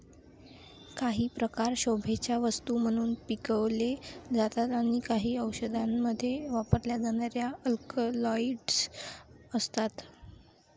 काही प्रकार शोभेच्या वस्तू म्हणून पिकवले जातात आणि काही औषधांमध्ये वापरल्या जाणाऱ्या अल्कलॉइड्स असतात